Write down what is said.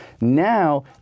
Now